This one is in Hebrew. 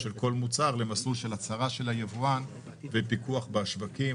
למסלול של הצהרה של היבואן ופיקוח בשווקים.